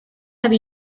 have